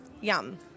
Yum